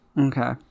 okay